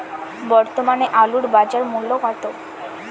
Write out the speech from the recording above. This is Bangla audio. বর্তমানে আলুর বাজার মূল্য কত?